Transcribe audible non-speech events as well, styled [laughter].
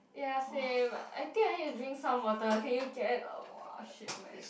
ya same I think I need to drink some water can you get [noise] !shit! my